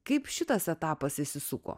kaip šitas etapas įsisuko